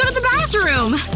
ah the bathroom!